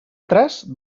tres